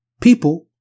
people